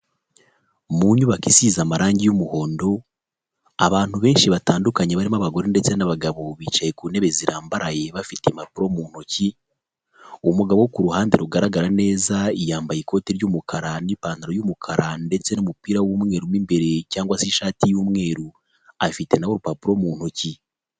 Mu nyubako isize amarangi y'umuhondo, abantu benshi batandukanye barimo abagore ndetse n'abagabo bicaye ku ntebe zirambaraye bafite impapuro mu ntoki, umugabo wo ku ruhande rugaragara neza yambaye ikoti ry'umukara n'ipantaro y'umukara ndetse n'umupira w'umweru mo imbere cyangwa se ishati y'umweru, afite na we urupapuro mu ntoki.